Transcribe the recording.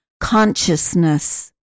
consciousness